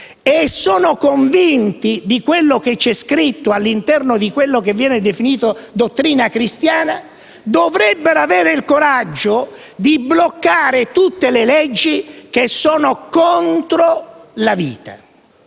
e sono convinti di quanto è contenuto all'interno di quella che viene definita la dottrina cristiana, dovrebbero avere il coraggio di bloccare tutte le leggi che sono contro la vita.